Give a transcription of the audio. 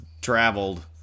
traveled